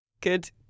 Good